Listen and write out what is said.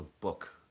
book